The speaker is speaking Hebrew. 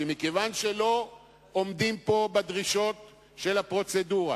שמכיוון שלא עומדים פה בדרישות הפרוצדורה,